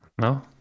No